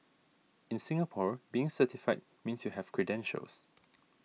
in Singapore being certified means you have credentials